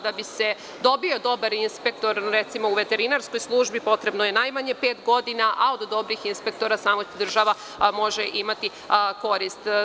Da bi se dobio dobar inspektor, recimo, u veterinarskoj službi, potrebno je najmanje pet godina, a od dobrih inspektora samo država može imati korist.